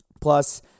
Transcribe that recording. Plus